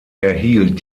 erhielt